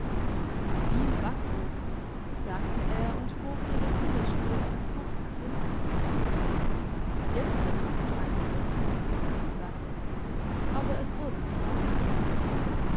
wie n backofen sagte er und bog ihr den widerstrebenden kopf nach hinten jetzt bekommst du einen kuss moiken sagte er aber es wurden zwei